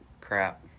crap